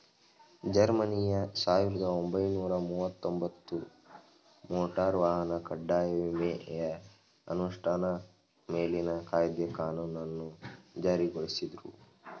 ಜರ್ಮನಿಯು ಸಾವಿರದ ಒಂಬೈನೂರ ಮುವತ್ತಒಂಬತ್ತು ಮೋಟಾರ್ ವಾಹನ ಕಡ್ಡಾಯ ವಿಮೆಯ ಅನುಷ್ಠಾ ಮೇಲಿನ ಕಾಯ್ದೆ ಕಾನೂನನ್ನ ಜಾರಿಗೊಳಿಸುದ್ರು